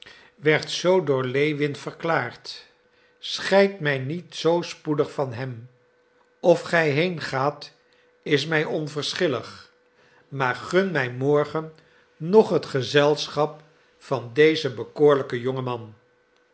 werd zoo door lewin verklaard scheid mij niet zoo spoedig van hem of gij heengaat is mij onverschillig maar gun mij morgen nog het gezelschap van dezen bekoorlijken jongen man